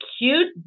cute